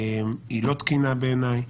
היא לא תקינה בעיניי.